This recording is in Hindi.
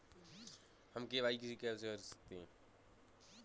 हम के.वाई.सी कैसे कर सकते हैं?